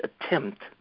attempt